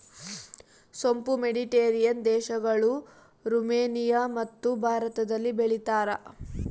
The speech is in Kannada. ಸೋಂಪು ಮೆಡಿಟೇರಿಯನ್ ದೇಶಗಳು, ರುಮೇನಿಯಮತ್ತು ಭಾರತದಲ್ಲಿ ಬೆಳೀತಾರ